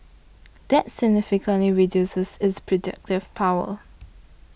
that significantly reduces its predictive power